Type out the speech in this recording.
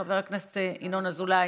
חבר הכנסת ינון אזולאי,